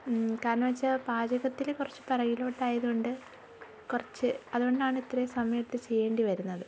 കാരണം വെച്ചാൽ പാചകത്തിൽ കുറച്ച് പുറകിലോട്ട് ആയതുകൊണ്ട് കുറച്ച് അതുകൊണ്ടാണ് ഇത്രയും സമയത്ത് ചെയ്യേണ്ടി വരുന്നത്